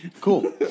Cool